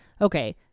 okay